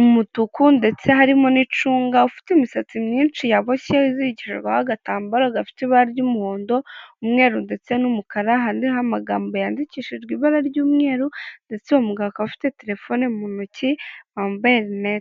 umutuku ndetse harimo n'icunga, ufite imisatsi myinshi yaboboshye izirikijweho agatambaro gafite ibara ry'umuhondo, umweru ndetse n'umukara hanze hari amagambo yandikishijwe ibara ry'umweru ndetse uwo mugabo akaba afite telefone mu ntoki wambaye rinete.